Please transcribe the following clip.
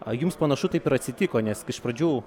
o jums panašu taip ir atsitiko nes iš pradžių